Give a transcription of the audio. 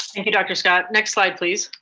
thank you, dr. scott. next slide please.